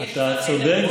אתה צודק,